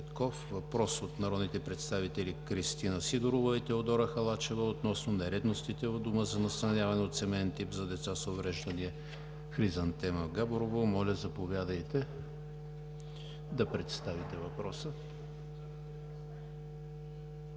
въпрос от народните представители Кристина Сидорова и Теодора Халачева относно нередности в Дома за настаняване от семеен тип за деца с увреждания „Хризантема“ в Габрово. Моля, заповядайте да представите въпроса.